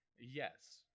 Yes